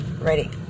ready